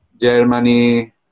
Germany